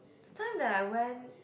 time that I went